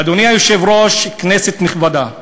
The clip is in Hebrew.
אדוני היושב-ראש, כנסת נכבדה,